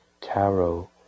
tarot